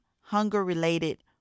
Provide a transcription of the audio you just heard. hunger-related